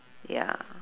ya